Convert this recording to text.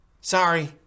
Sorry